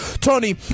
Tony